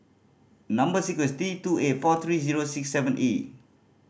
number sequence T two eight four three zero six seven E